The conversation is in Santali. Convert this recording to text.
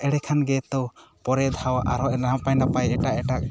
ᱮᱸᱰᱮ ᱠᱷᱟᱱ ᱜᱮᱛᱚ ᱯᱚᱨᱮ ᱫᱷᱟᱨ ᱟᱨᱦᱚᱸ ᱱᱟᱯᱟᱭ ᱱᱟᱯᱟᱭ ᱮᱴᱟᱜ ᱮᱴᱟᱜ